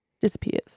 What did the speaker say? disappears